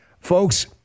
folks